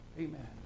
Amen